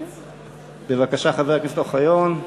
בבקשה, חבר הכנסת אוחיון,